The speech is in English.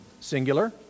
singular